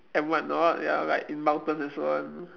and what not ya like in mountains and so on